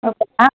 okay